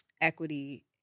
equity